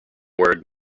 word